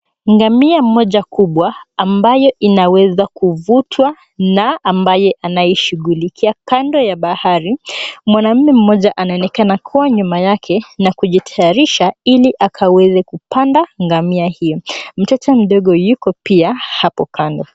Ngamia mmoja mkubwa ambayo inaweza kuvutwa na ambaye anaishughulikia kando ya bahari. Mwanamme mmoja anaonekana kuwa nyuma yake na kujitayarisha ili akaweze kupanda ngamia hio. Mtoto mdogo yuko pia hapo kando.